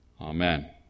Amen